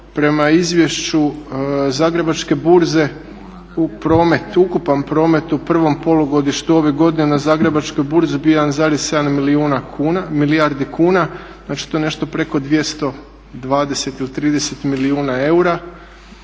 Prema izvješću Zagrebačke burze ukupan promet u prvom polugodištu ove godine na Zagrebačkoj burzi bio je 1,7 milijardi kuna. Znači to je nešto preko 220 ili 230 milijuna eura.